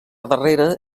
darrere